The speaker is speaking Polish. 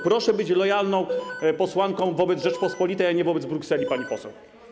Proszę być lojalną posłanką wobec Rzeczypospolitej, a nie wobec Brukseli, pani poseł.